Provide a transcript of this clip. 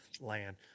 Land